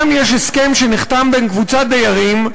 יש שם הסכם שנחתם בין קבוצת דיירים,